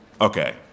Okay